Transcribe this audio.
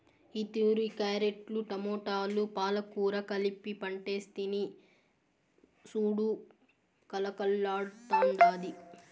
ఈతూరి క్యారెట్లు, టమోటాలు, పాలకూర కలిపి పంటేస్తిని సూడు కలకల్లాడ్తాండాది